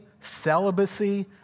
celibacy